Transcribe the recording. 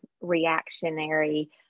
reactionary